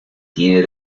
tiene